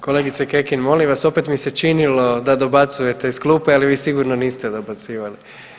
Kolegice Kekin molim vas, opet mi se činilo da dobacujete iz klupe, ali vi sigurno niste dobacivali.